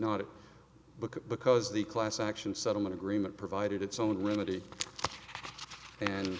because because the class action settlement agreement provided its own remedy and